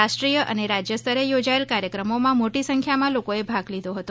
રાષ્ટ્રીય અને રાજ્ય સ્તરે યોજાયેલ કાર્યક્રમોમાં મોટી સંખ્યામાં લોકોએ ભાગ લીધો હતો